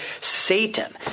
Satan